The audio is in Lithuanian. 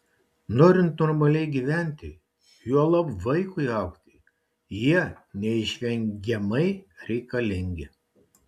norint normaliai gyventi juolab vaikui augti jie neišvengiamai reikalingi